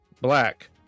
black